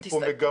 אין פה מגמה.